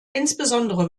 insbesondere